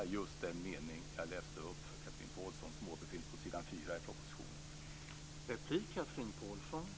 Det är just den mening jag läste upp för Chatrine Pålsson och som återfinns i propositionen och står på s. 4 i betänkandet.